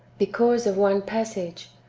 because of one passage,